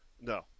No